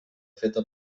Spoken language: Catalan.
feta